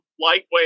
lightweight